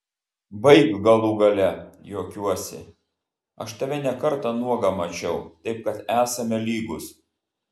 baik galų gale juokiuosi aš tave ne kartą nuogą mačiau taip kad esame lygūs